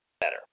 better